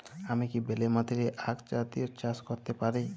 আমি কি বেলে মাটিতে আক জাতীয় চাষ করতে পারি?